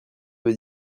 avez